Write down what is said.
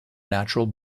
natural